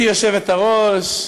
גברתי היושבת-ראש,